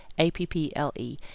A-P-P-L-E